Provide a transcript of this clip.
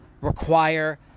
require